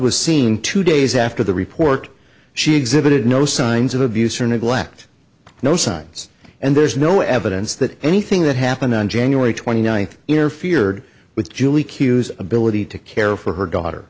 was seen two days after the report she exhibited no signs of abuse or neglect no signs and there's no evidence that anything that happened on january twenty ninth interfered with julie q s ability to care for her daughter